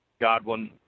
Godwin